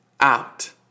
out